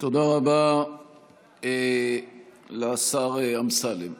תודה רבה לשר אמסלם.